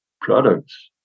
products